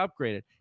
upgraded